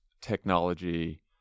technology